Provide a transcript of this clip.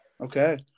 Okay